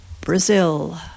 Brazil